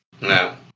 No